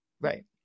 right